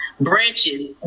branches